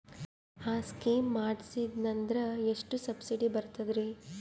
ಆ ಸ್ಕೀಮ ಮಾಡ್ಸೀದ್ನಂದರ ಎಷ್ಟ ಸಬ್ಸಿಡಿ ಬರ್ತಾದ್ರೀ?